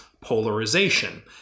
polarization